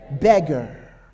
Beggar